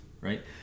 right